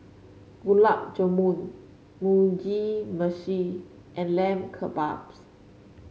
Gulab Jamun Mugi Meshi and Lamb Kebabs